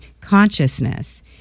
consciousness